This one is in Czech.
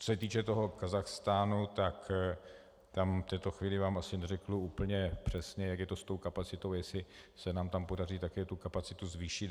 Co se týče Kazachstánu, tak tam v této chvíli vám asi neřeknu úplně přesně, jak je to s tou kapacitou, jestli se nám tam podaří také kapacitu zvýšit.